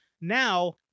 now